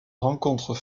rencontres